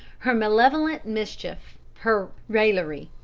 her malevolent mischief, her raillery.